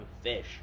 Fish